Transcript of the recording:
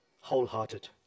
wholehearted